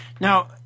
Now